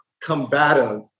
combative